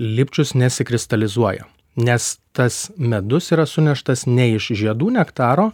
lipčius nesikristalizuoja nes tas medus yra suneštas ne iš žiedų nektaro